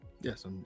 Yes